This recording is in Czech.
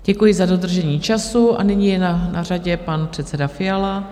Děkuji za dodržení času a nyní je na řadě pan předseda Fiala.